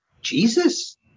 Jesus